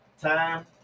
Time